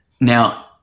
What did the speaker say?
Now